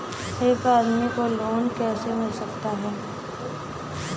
एक आदमी को लोन कैसे मिल सकता है?